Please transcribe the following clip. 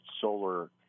solar